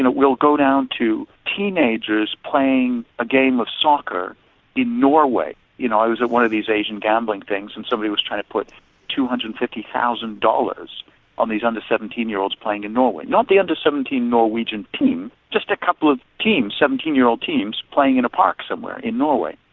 we'll go down to teenagers playing a game of soccer in norway. you know, i was at one of these asian gambling things, and somebody was trying to put two hundred and fifty thousand dollars on these under seventeen year olds playing in norway. not the under seventeen norwegian team, just a couple of teams, seventeen year old teams playing in a park somewhere in norway.